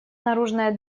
наружная